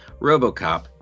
Robocop